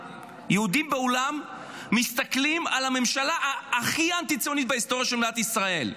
בעולם מסתכלים על הממשלה הכי אנטי-ציונית בהיסטוריה של מדינת ישראל.